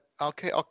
okay